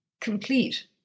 complete